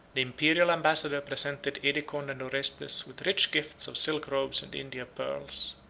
the imperial ambassador presented edecon and orestes with rich gifts of silk robes and indian pearls,